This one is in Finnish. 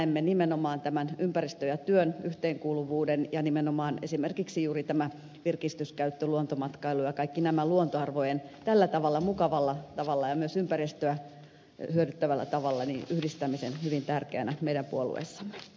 näemme nimenomaan tämän ympäristön ja työn yhteenkuuluvuuden ja nimenomaan esimerkiksi juuri tämän virkistyskäytön luontomatkailun ja kaiken tämän luontoarvojen käytön tällä tavalla mukavalla tavalla ja myös ympäristöä hyödyttävällä tavalla yhdistämme hyvin tärkeänä meidän puolueessamme